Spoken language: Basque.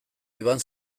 iban